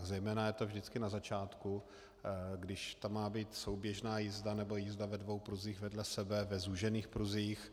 Zejména je to vždycky na začátku, když tam má být souběžná jízda nebo jízda ve dvou pruzích vedle sebe, ve zúžených pruzích.